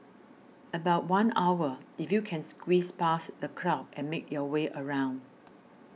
about one hour if you can squeeze past the crowd and make your way around